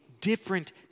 different